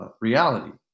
reality